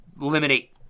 eliminate